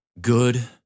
good